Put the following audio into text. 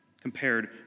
compared